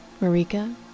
Marika